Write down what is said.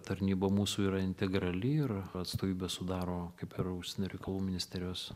tarnyba mūsų yra integrali ir atstovybę sudaro kaip ir užsienio reikalų ministerijos